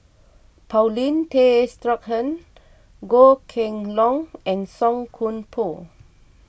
Paulin Tay Straughan Goh Kheng Long and Song Koon Poh